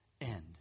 end